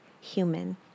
human